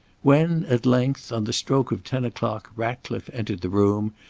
when at length, on the stroke of ten o'clock, ratcliffe entered the room,